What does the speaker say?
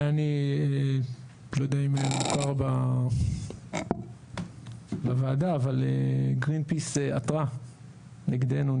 אני לא יודע אם מוכר לוועדה אבל גרינפיס עתרה נגדנו,